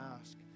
ask